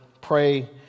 Pray